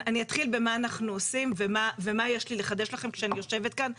במה אנחנו עושים ומה יש לי לחדש לכם כשאני יושבת כאן,